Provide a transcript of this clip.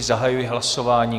Zahajuji hlasování.